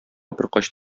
беркайчан